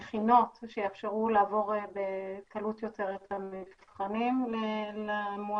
מכינות שיאפשרו לעבור בקלות יותר את המבחנים למועמדים.